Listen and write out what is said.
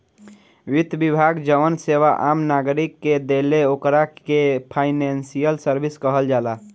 वित्त विभाग जवन सेवा आम नागरिक के देला ओकरा के फाइनेंशियल सर्विस कहल जाला